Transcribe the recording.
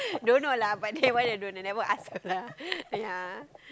don't know lah but that one I don't I never ask her lah ya